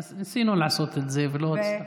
ניסינו לעשות את זה ולא הצלחנו.